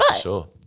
sure